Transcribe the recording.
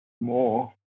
more